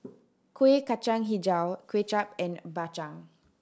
Kueh Kacang Hijau Kway Chap and Bak Chang